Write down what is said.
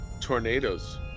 Tornadoes